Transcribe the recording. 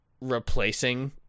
replacing